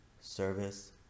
service